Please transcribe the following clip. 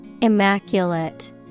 immaculate